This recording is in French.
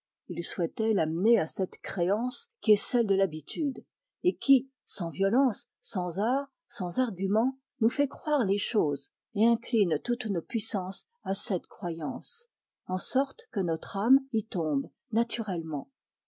il souhaitait l'amener à cette créance que est celle de l'habitude et qui sans violence sans art sans argument nous fait croire les choses et incline toutes nos puissances à cette croyance en sorte que notre âme y tombe naturellement